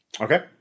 Okay